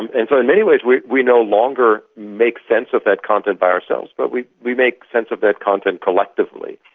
and and so in many ways we we no longer make sense of that content by ourselves, but we we make sense of that content collectively.